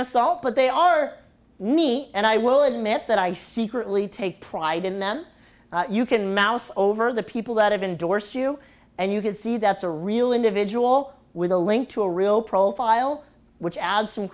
of salt but they are neat and i will admit that i secretly take pride in them you can mouse over the people that have endorsed you and you can see that's a real individual with a link to a real profile which adds some